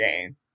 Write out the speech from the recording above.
game